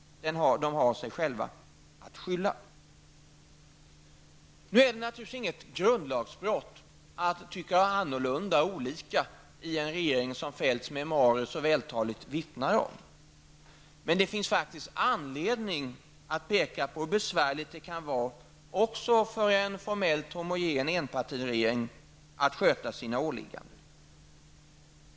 De har sig själva att skylla. Det är naturligtvis inget grundlagsbrott att man tycker olika i en regering, som Feldts memoarer så vältaligt vittnar om, men det finns faktiskt anledning att peka på hur besvärligt det kan vara för också en formellt homogen enpartiregering att sköta sina åligganden.